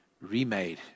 remade